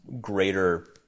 greater